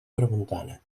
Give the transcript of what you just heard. tramuntana